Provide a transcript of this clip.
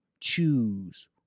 choose